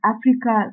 Africa